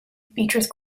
beatrice